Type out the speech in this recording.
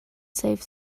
save